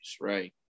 right